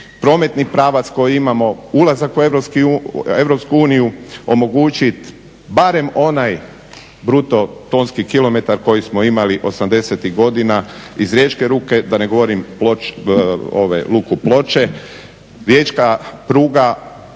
prometni pravac koji imamo, ulazak u EU omogućiti barem onaj bruto tonski kilometar koji smo imali 80-ih godina, iz riječke luke, da ne govorim luku Ploče, riječka pruga,